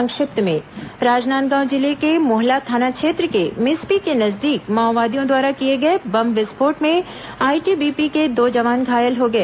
संक्षिप्त समाचार राजनांदगांव जिले के मोहला थाना क्षेत्र के मिसपी के नजदीक माओवादियों द्वारा किए गए बम विस्फोट में आईटीबीपी के दो जवान घायल हो गए